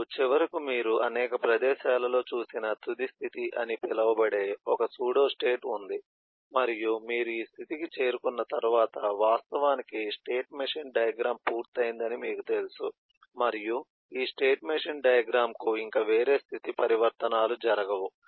ఇప్పుడు చివరకు మీరు అనేక ప్రదేశాలలో చూసిన తుది స్థితి అని పిలువబడే ఒక సూడోస్టేట్ ఉంది మరియు మీరు ఈ స్థితికి చేరుకున్న తర్వాత వాస్తవానికి స్టేట్ మెషీన్ డయాగ్రమ్ పూర్తయిందని మీకు తెలుసు మరియు ఈ స్టేట్ మెషీన్ డయాగ్రమ్ కు ఇంక వేరే స్థితి పరివర్తనాలు జరగవు